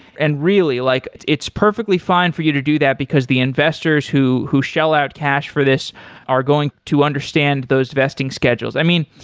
and really? like it's it's perfectly fine for you to do that because the investors who who shall add cash for this are going to understand those vesting schedules. i mean,